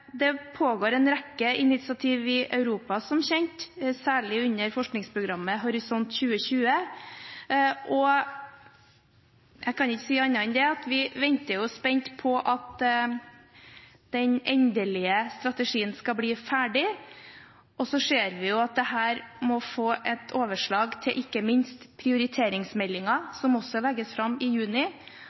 pågår en rekke initiativ i Europa, som kjent, særlig under forskningsprogrammet Horisont 2020, og jeg kan ikke si annet enn at vi venter spent på at den endelige strategien skal bli ferdig. Og så ser vi at dette må få et overslag til ikke minst prioriteringsmeldingen, som legges fram i juni,